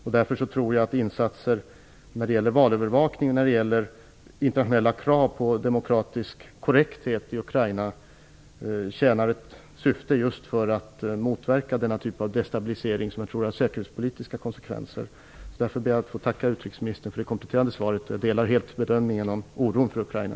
Jag tror därför att insatser när det gäller valövervakning och internationella krav på demokratisk korrekthet i Ukraina tjänar ett syfte just för att motverka denna typ av destabilisering, som kan få säkerhetspolitiska konsekvenser. Jag ber att få tacka utrikesministern för det kompletterande svaret. Jag delar helt bedömningen om oron för Ukraina.